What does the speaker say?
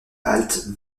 haltes